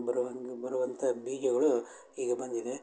ಬರುವಂಗೆ ಬರುವಂತೆ ಬೀಜಗಳೂ ಈಗ ಬಂದಿದೆ